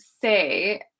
say